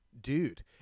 dude